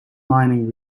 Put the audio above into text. mining